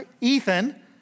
Ethan